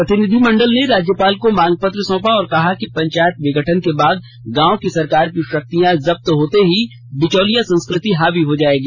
प्रतिनिधिमंडल ने राज्यपाल को मांग पत्र सौंपा और कहा कि पंचायत विघटन के बाद गांव की सरकार की शक्तियां जब्त होते ही बिचौलिया संस्कृति हावी हो जायेगी